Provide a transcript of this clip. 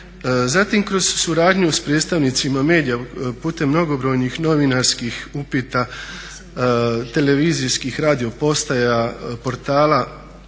Zatim kroz suradnju s predstavnicima medija putem mnogobrojnih novinarskih upita, televizijskih radio postaja, portala